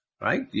right